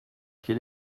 quel